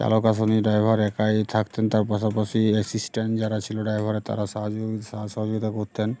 চালক আসেনি ড্রাইভার একাই থাকতেন তার পাশাপাশি অ্যাসিস্ট্যান্ট যারা ছিল ড্রাইভারের তারা সারাদিন সহযোগিতা করতেন